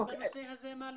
בנושא הזה מה להוסיף?